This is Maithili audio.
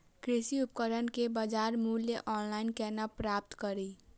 कृषि उपकरण केँ बजार मूल्य ऑनलाइन केना प्राप्त कड़ी?